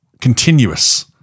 continuous